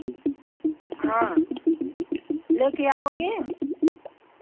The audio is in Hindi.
हाँ लेके आओगे